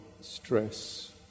stress